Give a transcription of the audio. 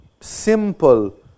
simple